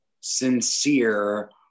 sincere